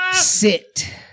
Sit